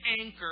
anchor